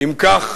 אם כך,